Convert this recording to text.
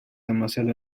demasiado